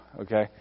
okay